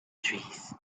trees